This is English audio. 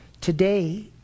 today